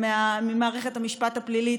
ממערכת המשפט הפלילית,